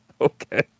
Okay